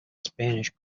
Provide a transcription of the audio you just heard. spanish